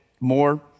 more